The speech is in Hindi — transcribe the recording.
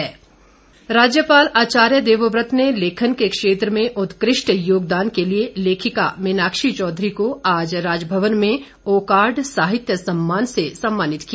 अवार्ड राज्यपाल आचार्य देवव्रत ने लेखन के क्षेत्र में उत्कृष्ट योगदान के लिए लेखिका मीनाक्षी चौधरी को आज राजभवन में ओकार्ड साहित्य सम्मान से सम्मानित किया